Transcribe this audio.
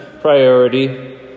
priority